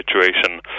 situation